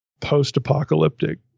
post-apocalyptic